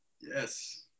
Yes